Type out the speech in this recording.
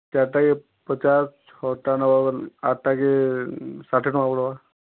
ଚାର୍ଟାକେ ପଚାଶ୍ ଛଅଟା ନେବ ବୋଲେ ଆଠ୍ ଟାକେ ଷାଠିଏ ଟଙ୍କା ପଡ଼ବା